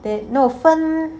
there's no 分